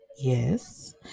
Yes